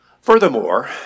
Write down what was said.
Furthermore